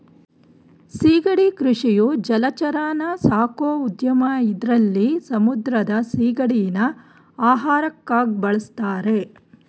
ಸಿಗಡಿ ಕೃಷಿಯು ಜಲಚರನ ಸಾಕೋ ಉದ್ಯಮ ಇದ್ರಲ್ಲಿ ಸಮುದ್ರದ ಸಿಗಡಿನ ಆಹಾರಕ್ಕಾಗ್ ಬಳುಸ್ತಾರೆ